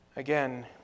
Again